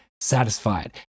satisfied